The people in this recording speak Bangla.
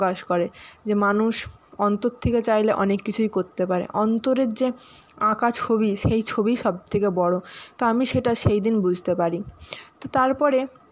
প্রকাশ করে যে মানুষ অন্তর থেকে চাইলে অনেক কিছুই করতে পারে অন্তরের যে আঁকা ছবি সেই ছবিই সবথেকে বড় তো আমি সেটা সেইদিন বুঝতে পারি তো তারপরে